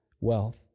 wealth